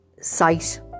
sight